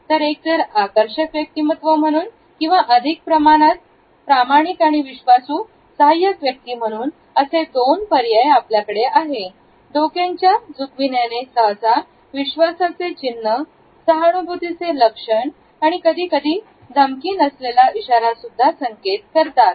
तर एकतर आकर्षक व्यक्तिमत्व म्हणून किंवा अधिक प्रामाणिक आणि विश्वास सहाय्य व्यक्ती म्हणून असे दोन पर्याय आपल्याकडे आहे डोक्यांच्या सुकविणे सहसा विश्वासाचे चिन्ह सहानुभूतीचे लक्षण आणि कधीकधी धमकी नसलेला इशारा सुद्धा संकेत करतात